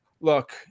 look